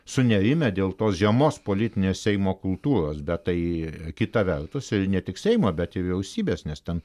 sunerimę dėl tos žemos politinės seimo kultūros bet tai kita vertus ne tik seimo bet ir vyriausybės nes ten